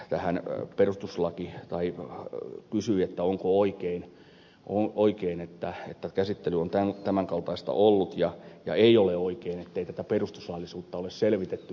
tähän perustuslakia tai pysyviä kysyi onko oikein että käsittely on tämän kaltaista ollut ja sanoi että ei ole oikein ettei tätä perustuslaillisuutta ole selvitetty